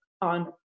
on